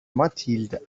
mathilde